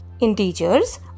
integers